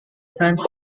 fans